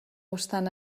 obstant